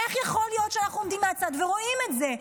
איך יכול להיות שאנחנו עומדים מהצד ורואים את זה?